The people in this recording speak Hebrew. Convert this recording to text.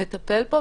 לטפל בו,